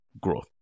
growth